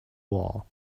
wall